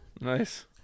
nice